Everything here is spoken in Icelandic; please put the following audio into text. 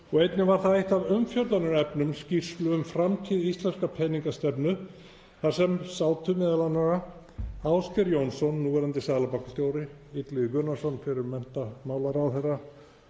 og einnig var það eitt af umfjöllunarefnum skýrslu um framtíð íslenskrar peningastefnu þar sem sátu meðal annarra Ásgeir Jónsson, núverandi seðlabankastjóri, Illugi Gunnarsson, fyrrum menntamálaráðherra,